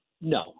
No